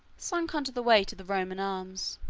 sunk under the weight of the roman arms.